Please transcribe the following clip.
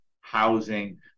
housing